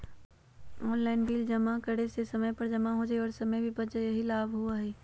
Online bill जमा करे से समय पर जमा हो जतई और समय भी बच जाहई यही लाभ होहई?